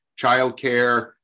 Childcare